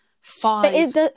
five